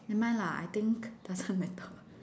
never mind lah I think doesn't matter